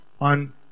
on